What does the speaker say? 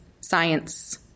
science